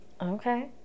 Okay